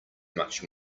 much